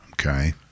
okay